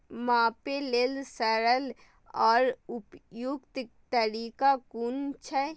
मापे लेल सरल आर उपयुक्त तरीका कुन छै?